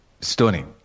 stunning